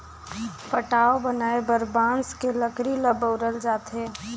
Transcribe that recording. पटाव बनाये बर बांस के लकरी ल बउरल जाथे